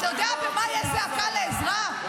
אתה יודע במה יש זעקה לעזרה?